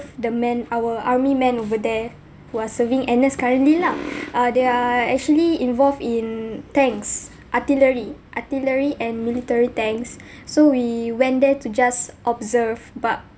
the men our army men over there who are serving N_S currently lah uh they are actually involved in tanks artillery artillery and military tanks so we went there to just observe but